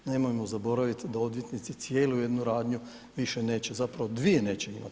Nemojmo zaboraviti da odvjetnici cijelu jednu radnju više neće, zapravo dvije neće imati.